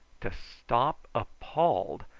to stop appalled,